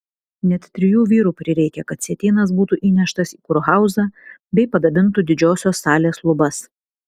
net trijų vyrų prireikė kad sietynas būtų įneštas į kurhauzą bei padabintų didžiosios salės lubas